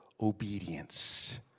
obedience